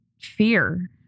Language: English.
fear